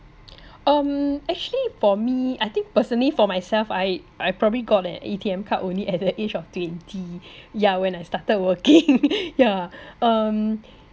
um actually for me I think personally for myself I I probably got an A_T_M card only at the age of twenty yeah when I started working yeah um